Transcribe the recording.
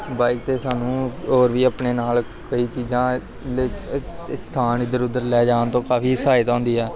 bike 'ਤੇ ਸਾਨੂੰ ਹੋਰ ਵੀ ਆਪਣੇ ਨਾਲ ਕਈ ਚੀਜ਼ਾਂ ਸਥਾਨ ਇੱਧਰ ਉੱਧਰ ਲੈ ਜਾਣ ਤੋਂ ਕਾਫ਼ੀ ਸਹਾਇਤਾ ਹੁੰਦੀ ਹੈ